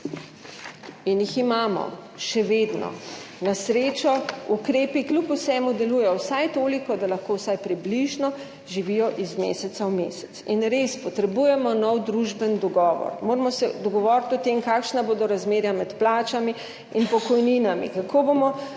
in jih imamo še vedno. Na srečo ukrepi kljub vsemu delujejo vsaj toliko, da lahko vsaj približno živijo iz meseca v mesec. In res potrebujemo nov družbeni dogovor. Moramo se dogovoriti o tem, kakšna bodo razmerja med plačami in pokojninami, kako bomo